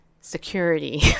security